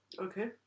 Okay